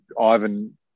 Ivan